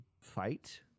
fight